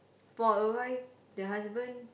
for a wife the husband